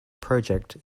project